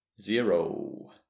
Zero